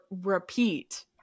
repeat